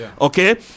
okay